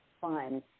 fun